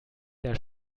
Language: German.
der